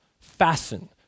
fasten